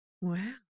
Wow